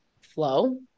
flow